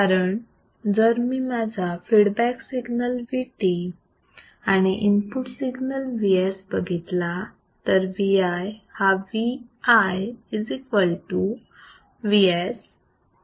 कारण जर मी माझा फीडबॅक सिग्नल Vt आणि इनपुट सिग्नल Vs बघितला तर Vi हा Vi VsVtअसा असेल